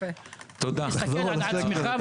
תסתכל על עצמך.